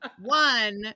One